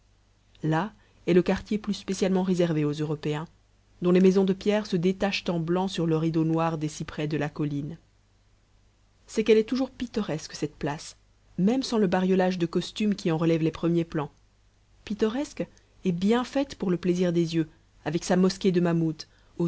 là est le quartier plus spécialement réservé aux européens dont les maisons de pierre se détachent en blanc sur le rideau noir des cyprès de la colline c'est qu'elle est toujours pittoresque cette place même sans le bariolage de costumes qui en relève les premiers plans pittoresque et bien faite pour le plaisir des yeux avec sa mosquée de mahmoud